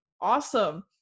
Awesome